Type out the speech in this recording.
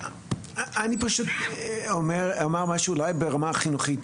אני פשוט אומר משהו, אולי ברמה החינוכית.